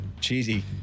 cheesy